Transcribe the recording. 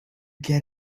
get